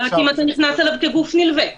רק אם אתה נכנס אליו כגוף נלווה מראש.